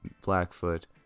Blackfoot